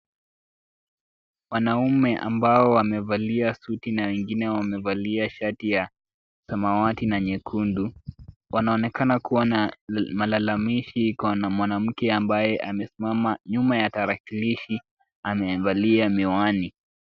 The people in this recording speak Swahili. Wanaume ambao wamevalia suti na wengine wamevalia shati ya samawati na nyekundu, wanaonekana kuwa na malalamishi kwa mwanamke, ambaye amesimama nyuma ya tarakilishi amevalia miwani.